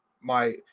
my-